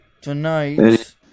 tonight